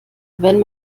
wenn